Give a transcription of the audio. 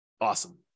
Awesome